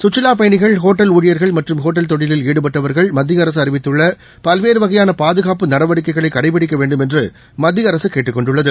சுற்றுலாப் பயணிகள் ஒட்டல் ஊழியர்கள் மற்றும் ஒட்டல் தொழிலில் ஈடுபட்டுள்ளவர்கள் மத்திய அரசு அறிவித்துள்ள பல்வேறு வகையான பாதுகாப்பு நடவடிக்கைகளை கடைப்பிடிக்க வேண்டும் என்று மத்திய அரசு கேட்டுக் கொண்டுள்ளது